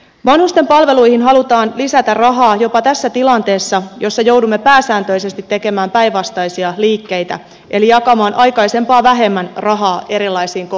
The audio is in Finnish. vanhusten palveluihin halutaan lisätä rahaa jopa tässä tilanteessa jossa joudumme pääsääntöisesti tekemään päinvastaisia liikkeitä eli jakamaan aikaisempaa vähemmän rahaa erilaisiin kohteisiin